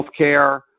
Healthcare